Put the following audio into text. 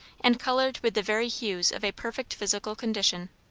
and coloured with the very hues of a perfect physical condition.